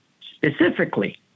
specifically